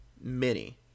Mini